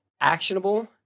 actionable